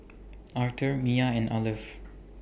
Arthor Miya and Arleth